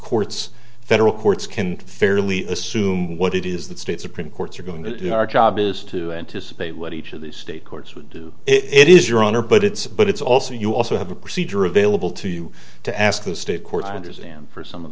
courts federal courts can fairly assume what it is that state supreme courts are going to do our job is to anticipate what each of the state courts would do it is your honor but it's but it's also you also have a procedure available to you to ask the state court understand for some of